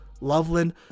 loveland